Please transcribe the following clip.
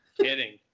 kidding